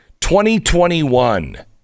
2021